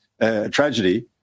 tragedy